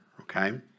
okay